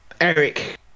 Eric